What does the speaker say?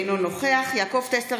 אינו נוכח יעקב טסלר,